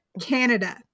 Canada